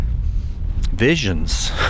visions